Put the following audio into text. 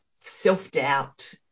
self-doubt